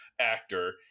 actor